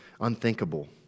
unthinkable